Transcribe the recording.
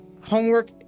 homework